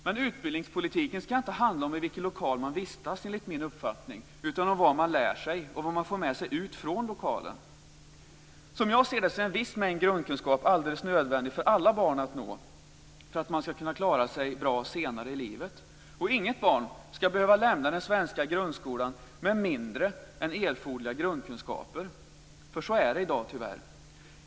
Men utbildningspolitiken ska, enligt min uppfattning, inte handla om vilken lokal man vistas i utan om vad man lär sig och vad man får med sig ut från lokalen. Som jag ser det är en viss mängd grundkunskap alldeles nödvändig för alla barn att uppnå för att de ska kunna klara sig bra senare i livet. Och inget barn ska behöva lämna den svenska grundskolan med mindre än erforderliga grundkunskaper. Så är det nämligen tyvärr i dag.